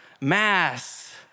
mass